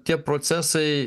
tie procesai